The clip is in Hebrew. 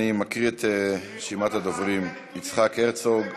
אני מקריא את רשימת הדוברים: יצחק הרצוג,